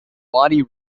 wadi